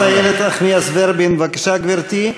חברת הכנסת איילת נחמיאס ורבין, בבקשה, גברתי.